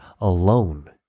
alone